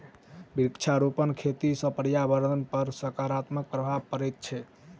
वृक्षारोपण खेती सॅ पर्यावरणपर सकारात्मक प्रभाव पड़ैत छै